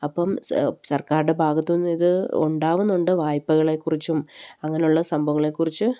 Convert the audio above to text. അപ്പം സർക്കാരിന്റെ ഭാഗത്തുനിന്ന് ഇതുണ്ടാകുന്നുണ്ട് വായ്പകളെക്കുറിച്ചും അങ്ങനെയുള്ള സംഭവങ്ങളെക്കുറിച്ചും